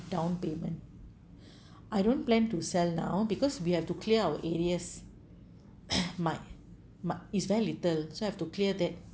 downpayment I don't plan to sell now because we have to clear our areas might might it's very little so I have to clear that